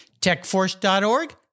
techforce.org